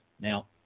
Now